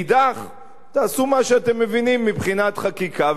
תעשו מה שאתם מבינים מבחינת חקיקה,